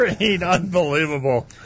Unbelievable